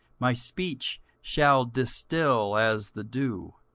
my speech shall distil as the dew,